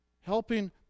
Helping